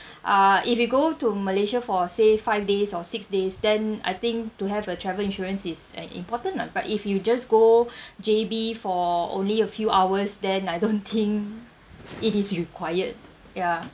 ah if you go to malaysia for say five days or six days then I think to have a travel insurance is uh important lah but if you just go J_B for only a few hours then I don't think it is required ya